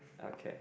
okay